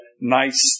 nice